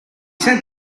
sent